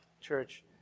church